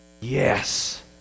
Yes